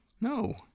No